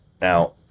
Now